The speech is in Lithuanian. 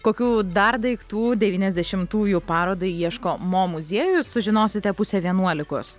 kokių dar daiktų devyniasdešimtųjų parodai ieško mo muziejus sužinosite pusę vienuolikos